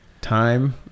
time